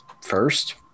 first